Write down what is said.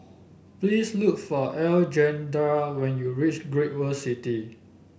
please look for Alejandra when you reach Great World City